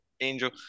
angel